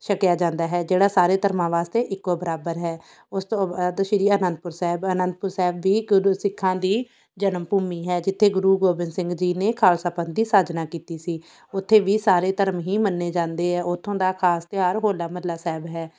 ਛਕਿਆ ਜਾਂਦਾ ਹੈ ਜਿਹੜਾ ਸਾਰੇ ਧਰਮਾਂ ਵਾਸਤੇ ਇੱਕੋ ਬਰਾਬਰ ਹੈ ਉਸ ਤੋਂ ਸ਼੍ਰੀ ਅਨੰਦਪੁਰ ਸਾਹਿਬ ਅਨੰਦਪੁਰ ਸਾਹਿਬ ਵੀ ਗੁਰੂ ਸਿੱਖਾਂ ਦੀ ਜਨਮਭੂਮੀ ਹੈ ਜਿੱਥੇ ਗੁਰੂ ਗੋਬਿੰਦ ਸਿੰਘ ਜੀ ਨੇ ਖਾਲਸਾ ਪੰਥ ਦੀ ਸਾਜਨਾ ਕੀਤੀ ਸੀ ਉੱਥੇ ਵੀ ਸਾਰੇ ਧਰਮ ਹੀ ਮੰਨੇ ਜਾਂਦੇ ਆ ਉਥੋਂ ਦਾ ਖਾਸ ਤਿਉਹਾਰ ਹੋਲਾ ਮਹੱਲਾ ਸਾਹਿਬ ਹੈ